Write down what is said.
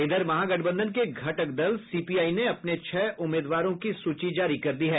इधर महागठबंधन के घटक दल सीपीआई ने अपने छह उम्मीदवारों की सूची जारी कर दी है